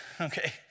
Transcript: Okay